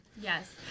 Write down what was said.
Yes